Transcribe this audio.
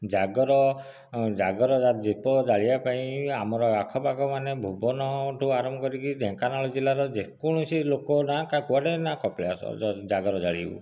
ଜାଗର ଜାଗର ଦୀପ ଜାଳିବା ପାଇଁ ଆମର ଆଖପାଖ ମାନେ ଭୁବନ ଠୁ ଆରମ୍ଭ କରିକି ଢେଙ୍କାନାଳ ଜିଲ୍ଲାର ଯେ କୌଣସି ଲୋକ ନା କୁଆଡ଼େ ନା କପିଳାସ ଜାଗର ଜାଳିବୁ